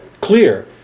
clear